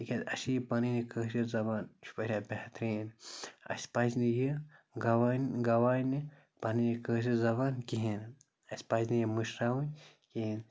تِکیٛازِ اَسہِ چھِ یہِ پَنٕنۍ یہِ کٲشِر زَبان یہِ چھُ واریاہ بہتَریٖن اَسہِ پَزِ نہٕ یہِ گوایِن گواینہِ پَنٕنۍ یہِ کٲشِر زَبان کِہیٖنۍ اَسہِ پَزِ نہٕ یہِ مٔشراوٕنۍ کِہیٖنۍ